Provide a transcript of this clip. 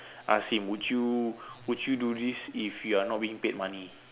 I ask him would you would you do this if you are not being paid money